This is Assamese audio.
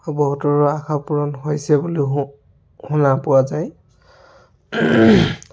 বহুতৰ আশা পূৰণ হৈছে বুলি শু শুনা পোৱা যায়